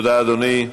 תודה, אדוני.